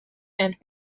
and